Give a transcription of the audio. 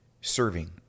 serving